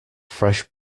fresh